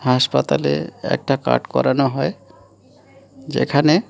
হাসপাতালে একটা কার্ড করানো হয় যেখানে